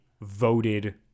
voted